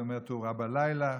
זה אומר תאורה בלילה,